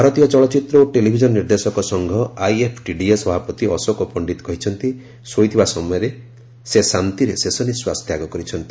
ଭାରତୀୟ ଚଳଚ୍ଚିତ୍ର ଓ ଟେଲିଭିଜନ ନିର୍ଦ୍ଦେଶକ ସଂଘ ଆଇଏଫ୍ଟିଡିଏ ସଭାପତି ଅଶୋକ ପଣ୍ଡିତ କହିଛନ୍ତି ଶୋଇଥିବା ସମୟରେ ସେ ଶାନ୍ତିରେ ଶେଷ ନିଶ୍ୱାସ ତ୍ୟାଗ କରିଛନ୍ତି